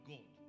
God